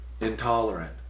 intolerant